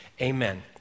amen